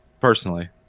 personally